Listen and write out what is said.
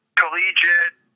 collegiate